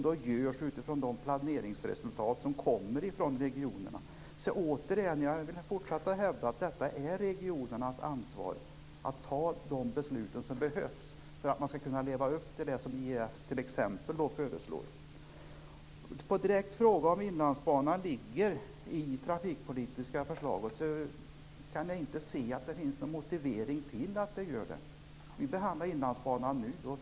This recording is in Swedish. De görs utifrån de planeringsresultat som kommer från regionerna. Jag vill fortsätta att hävda att det är regionernas ansvar att fatta de beslut som behövs för att man skall kunna leva upp till det som t.ex. IEF förslå. Jag fick en direkt fråga om huruvida Inlandsbanan kommer att tas upp i det trafikpolitiska förslaget. Jag kan inte se att det skulle finnas någon motivering till att den frågan skulle tas upp. Vi behandlar frågan om Inlandsbanan nu.